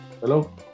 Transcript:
Hello